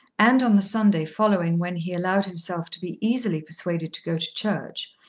and on the sunday following when he allowed himself to be easily persuaded to go to church,